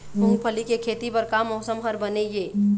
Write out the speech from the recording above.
मूंगफली के खेती बर का मौसम हर बने ये?